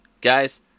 Guys